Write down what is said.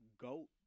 GOAT